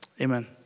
Amen